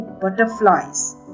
butterflies